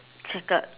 checkered